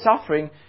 suffering